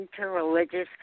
Interreligious